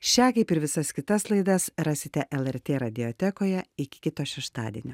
šią kaip ir visas kitas laidas rasite lrt radiotekoje iki kito šeštadienio